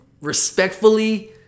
respectfully